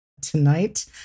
Tonight